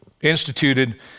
instituted